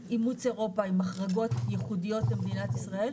את אירופה עם החרגות ייחודיות למדינת ישראל.